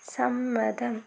സമ്മതം